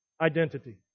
identity